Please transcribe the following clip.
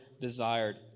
desired